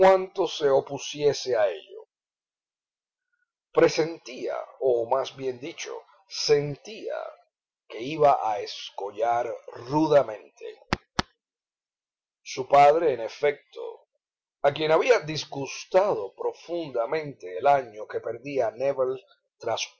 se opusiese a ello presentía o más bien dicho sentía que iba a escollar rudamente su padre en efecto a quien había disgustado profundamente el año que perdía nébel